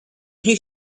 you